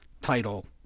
title